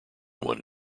one